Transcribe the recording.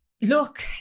look